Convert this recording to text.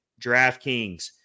DraftKings